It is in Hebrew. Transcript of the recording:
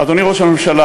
אדוני ראש הממשלה,